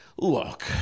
look